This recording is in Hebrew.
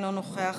אינו נוכח,